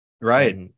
Right